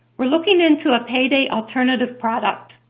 we're looking into a payday alternative product.